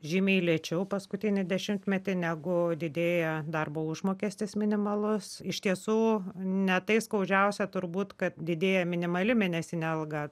žymiai lėčiau paskutinį dešimtmetį negu didėja darbo užmokestis minimalus iš tiesų ne tai skaudžiausia turbūt kad didėja minimali mėnesinė alga